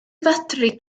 fedru